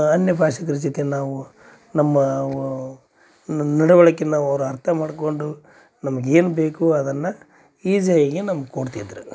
ಅನ್ಯಭಾಷಿಕ್ರ ಜೊತೆ ನಾವು ನಮ್ಮ ನಡವಳಿಕೆನ ಅವ್ರು ಅರ್ಥ ಮಾಡಿಕೊಂಡು ನಮ್ಗೆ ಏನು ಬೇಕು ಅದನ್ನು ಈಝಿಯಾಗಿ ನಮ್ಮ ಕೊಡ್ತಿದ್ರು